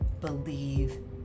believe